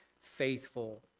faithful